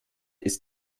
ist